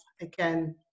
again